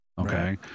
Okay